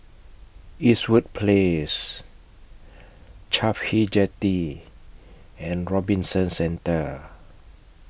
Eastwood Place Cafhi Jetty and Robinson Centre